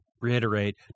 reiterate